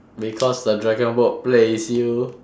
because the dragon boat plays you